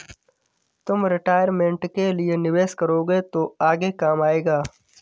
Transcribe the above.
तुम रिटायरमेंट के लिए निवेश करोगे तो आगे काम आएगा